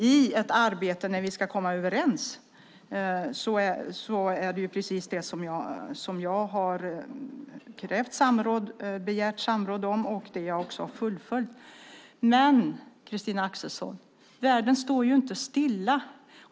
I ett arbete där vi ska komma överens har jag begärt samråd, och jag har fullföljt samrådets beslut. Men, Christina Axelsson, världen står inte stilla.